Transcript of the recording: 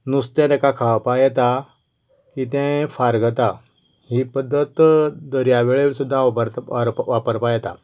नुस्तें ताका खावपाक येता की तें फारगता ही पद्दत दर्यावेळेंर सुद्दा उबार उपा वापरपा येता